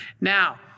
Now